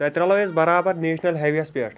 تَتہِ رَلو أسۍ برابر نیٚشنل ہاے ویٚیس پٮ۪ٹھ